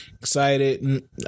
Excited